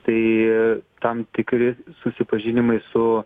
tai tam tikri susipažinimai su